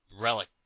Relic